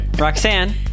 Roxanne